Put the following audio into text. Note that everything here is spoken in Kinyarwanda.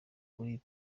kuri